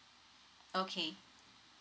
okay